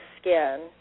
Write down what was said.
skin